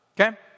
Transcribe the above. okay